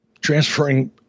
transferring